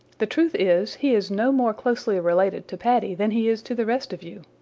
the truth is, he is no more closely related to paddy than he is to the rest of you.